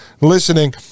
listening